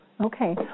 Okay